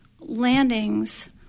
landings